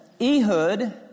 Ehud